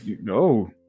No